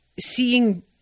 seeing